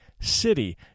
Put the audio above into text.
city